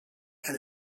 and